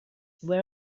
where